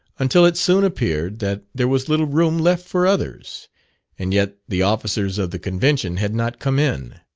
until it soon appeared that there was little room left for others and yet the officers of the convention had not come in.